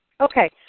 Okay